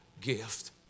gift